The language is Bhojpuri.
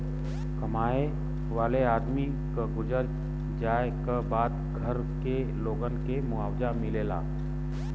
कमाए वाले आदमी क गुजर जाए क बाद घर के लोगन के मुआवजा मिलेला